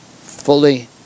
fully